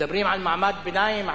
מדברים על מעמד ביניים,